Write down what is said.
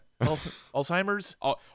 Alzheimer's